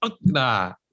nah